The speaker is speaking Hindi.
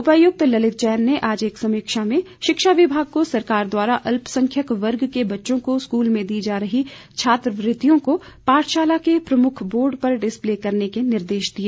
उपायुक्त ललित जैन ने आज एक समीक्षा बैठक में शिक्षा विभाग को सरकार द्वारा अल्पसंख्यक वर्ग के बच्चों को स्कूलों में दी जा रही छात्रवृतियों को पाठशाला के प्रमुख बोर्ड पर डिस्पले करने के निर्देश दिए